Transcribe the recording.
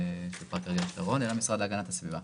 פארק אריאל שרון אלא המשרד להגנת הסביבה.